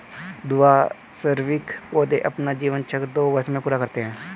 द्विवार्षिक पौधे अपना जीवन चक्र दो वर्ष में पूरा करते है